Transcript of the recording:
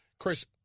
Chris